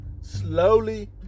Slowly